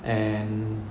and